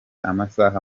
amasaha